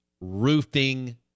Roofing